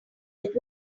that